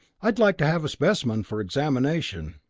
i'd like to have a specimen for examination.